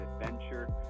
adventure